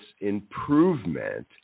improvement